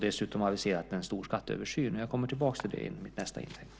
Dessutom har vi aviserat en stor skatteöversyn. Jag kommer tillbaka till det i mitt nästa inlägg.